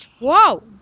Wow